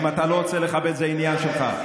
אם אתה לא רוצה לכבד, זה עניין שלך.